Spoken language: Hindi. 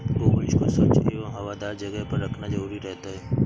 गोवंश को स्वच्छ एवं हवादार जगह पर रखना जरूरी रहता है